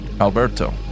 Alberto